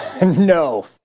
No